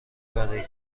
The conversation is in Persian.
برای